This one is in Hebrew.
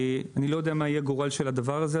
אני לא יודע מה יהיה הגורל של הדבר הזה,